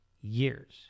years